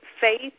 faith